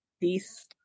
Peace